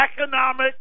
economic